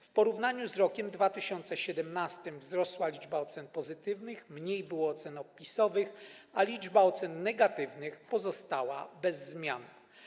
W porównaniu z rokiem 2017 wzrosła liczba ocen pozytywnych, mniej było ocen opisowych, a liczba ocen negatywnych pozostała bez zmian.